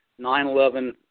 9-11